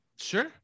Sure